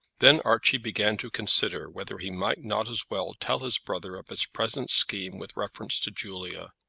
then archie began to consider whether he might not as well tell his brother of his present scheme with reference to julia.